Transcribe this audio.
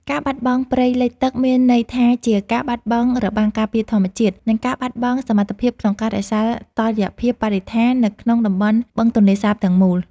ការបាត់បង់ព្រៃលិចទឹកមានន័យថាជាការបាត់បង់របាំងការពារធម្មជាតិ និងការបាត់បង់សមត្ថភាពក្នុងការរក្សាតុល្យភាពបរិស្ថាននៅក្នុងតំបន់បឹងទន្លេសាបទាំងមូល។